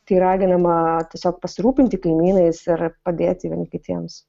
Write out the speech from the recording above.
tai raginama tiesiog pasirūpinti kaimynais ir padėti vieni kitiems